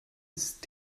ist